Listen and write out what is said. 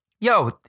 Yo